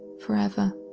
forever.